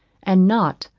and not,